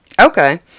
Okay